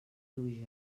pluja